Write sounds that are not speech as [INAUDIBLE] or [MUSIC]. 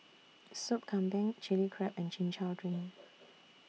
Soup Kambing Chili Crab and Chin Chow Drink [NOISE]